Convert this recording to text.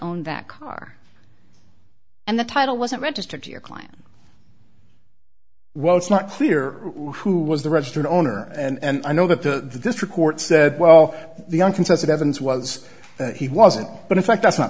owned that car and the title wasn't registered to your client well it's not clear who was the registered owner and i know that the district court said well the uncontested evidence was that he wasn't but in fact that's not